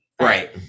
Right